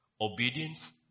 obedience